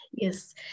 Yes